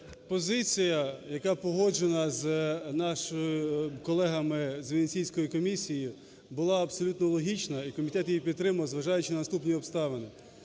Позиція, яка погоджена з нашими колегами з Венеційської комісії, була абсолютно логічна, і комітет її підтримав, зважаючи на наступні обставини.